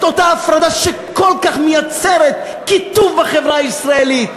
את אותה הפרדה שכל כך מייצרת קיטוב בחברה הישראלית?